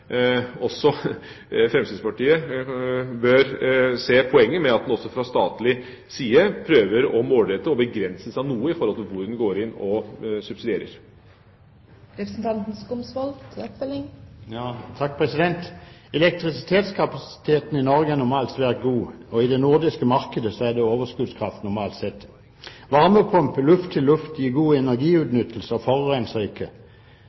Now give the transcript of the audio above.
også fra statlig side prøver å målrette, og begrenser seg noe med tanke på hvor en går inn og subsidierer. Elektrisitetskapasiteten i Norge er normalt svært god. I det nordiske markedet er det normalt sett overskuddskraft. Varmepumpe luft til luft gir god energiutnyttelse og forurenser ikke.